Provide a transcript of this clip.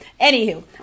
anywho